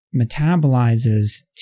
metabolizes